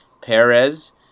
Perez